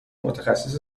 متخصص